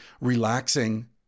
relaxing